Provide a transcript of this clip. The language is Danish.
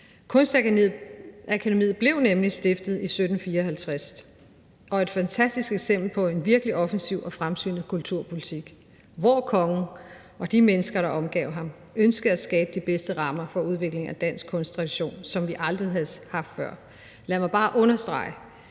Kunstakademiet blev nemlig stiftet i 1754 og er et fantastisk eksempel på en virkelig offensiv og fremsynet kulturpolitik, hvor kongen og de mennesker, der omgav ham, ønskede at skabe de bedste rammer for udviklingen af en dansk kunsttradition, som vi aldrig havde haft før. Lad mig bare understrege,